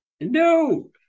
No